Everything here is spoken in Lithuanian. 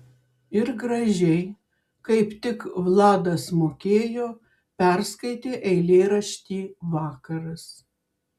ir gražiai kaip tik vladas mokėjo perskaitė eilėraštį vakaras